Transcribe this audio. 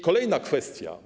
Kolejna kwestia.